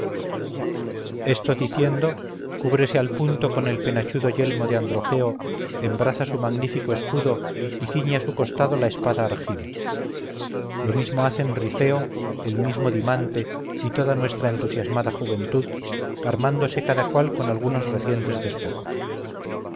esto diciendo cúbrese al punto con el penachudo yelmo de androgeo embraza su magnífico escudo y ciñe a su costado la espada argiva lo mismo hacen rifeo el mismo dimante y toda nuestra entusiasmada juventud armándose cada cual con algunos recientes despojos